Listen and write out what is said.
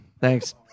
Thanks